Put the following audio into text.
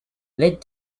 led